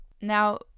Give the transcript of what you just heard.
now